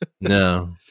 No